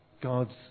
God's